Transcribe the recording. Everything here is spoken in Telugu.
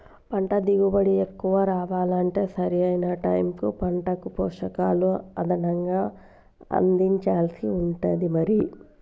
పంట దిగుబడి ఎక్కువ రావాలంటే సరి అయిన టైముకు పంటకు పోషకాలు అదనంగా అందించాల్సి ఉంటది మరి